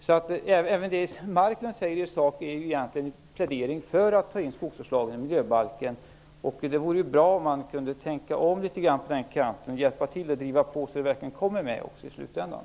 Även det Leif Marklund säger i sak är egentligen en plädering för att ta in skogsvårdslagen i miljöbalken. Det vore bra om man kunde tänka om litet grand på den kanten och hjälpa till att driva på så att den verkligen kommer med i slutändan.